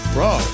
Bro